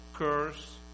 curse